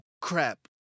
crap